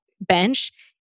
bench